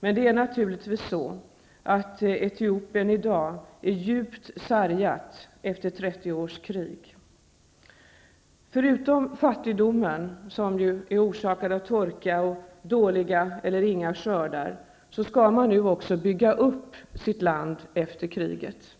men det är naturligtvis så att Etiopien i dag är djupt sargat efter 30 års krig. Förutom fattigdomen, orsakad av torka och dåliga eller inga skördar, har man nu uppgiften att försöka bygga upp sitt land efter kriget.